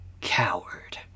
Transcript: coward